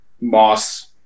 Moss